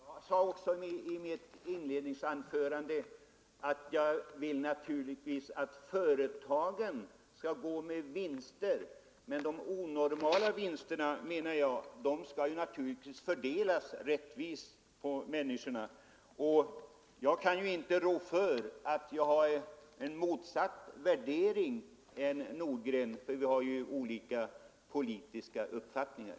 Herr talman! Jag sade i mitt inledningsanförande att jag naturligtvis vill att företagen skall gå med vinst, men att de onormala vinsterna skall fördelas rättvist mellan människorna. Det är väl naturligt att jag har en annan värdering än herr Nordgren, för vi har ju olika politiska uppfattningar.